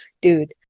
dude